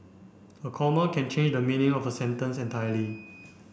a comma can change the meaning of a sentence entirely